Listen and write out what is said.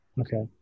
Okay